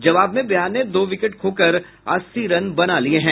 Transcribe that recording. जवाब में बिहार ने दो विकेट खोकर अस्सी रन बना लिये हैं